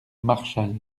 marchal